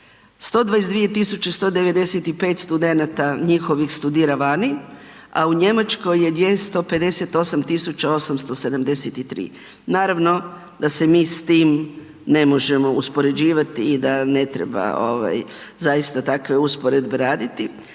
122 195 studenata njihovih studira vani, a u Njemačkoj je 258 873. Naravno da se mi s tim ne možemo uspoređivati i da ne treba zaista takve usporedbe raditi,